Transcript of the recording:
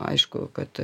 aišku kad